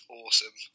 awesome